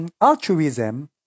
altruism